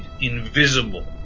invisible